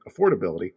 affordability